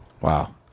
wow